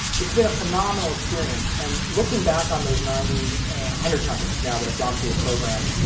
it's been a phenomenal experience. and looking back on those ninety hundred companies now that have gone through the program,